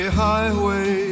highway